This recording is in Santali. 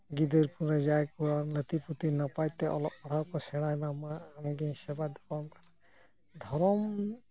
ᱜᱤᱫᱟᱹᱨ ᱠᱚᱨᱮ ᱡᱟᱭ ᱠᱚᱨᱟ ᱞᱟᱹᱛᱤᱼᱯᱩᱛᱤ ᱱᱟᱯᱟ ᱛᱮ ᱚᱞᱚᱜ ᱯᱟᱲᱦᱟᱣ ᱠᱚ ᱥᱮᱬᱟᱭ ᱢᱟ ᱟᱢᱜᱤᱧ ᱥᱮᱵᱟᱼᱫᱮᱵᱟᱣᱟᱢ ᱠᱟᱱᱟ ᱫᱷᱚᱨᱚᱢ